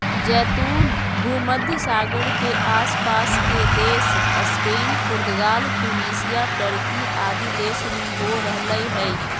जैतून भूमध्य सागर के आस पास के देश स्पेन, पुर्तगाल, ट्यूनेशिया, टर्की आदि देश में हो रहल हई